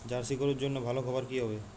Jersey গরুর জন্য ভালো খাবার কি হবে?